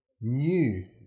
new